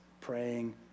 praying